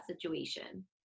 situation